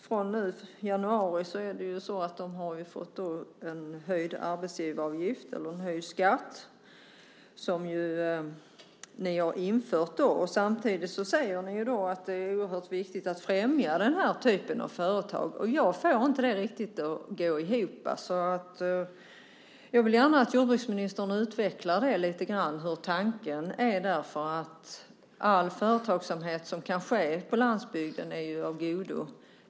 Från januari har de ju fått en höjd arbetsgivaravgift, eller höjd skatt, som ni har infört. Samtidigt säger ni att det är oerhört viktigt att främja den här typen av företag. Jag får inte det att riktigt gå ihop. Jag vill gärna att jordbruksministern utvecklar lite grann hur tanken är där. All företagsamhet som kan ske på landsbygden är ju av godo.